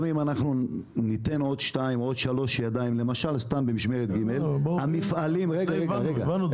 אבל גם אם ניתן עוד שתיים או שלוש ידיים במשמרת ג' -- הבנו את זה.